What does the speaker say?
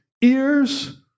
ears